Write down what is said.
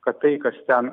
kad tai kas ten